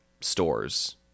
stores